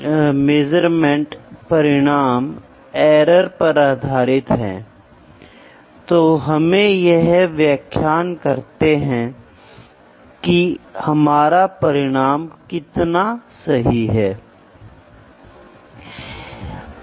आज यह non contact type के संदर्भ में जा चुकी है इसका मतलब टूल इसको नहीं छूता है लेकिन फिर भी वह माप सकता है और अभियंता को या अभ्यास रत अभियंता को या विनिर्माण अभियंता को मूल्य बता सकता है